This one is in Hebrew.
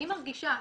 אני מרגישה,